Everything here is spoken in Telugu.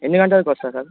ఎన్ని గంటలకి వస్తారు సార్